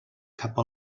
cap